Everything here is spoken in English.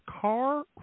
Car